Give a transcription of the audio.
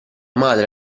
madre